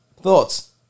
thoughts